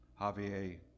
Javier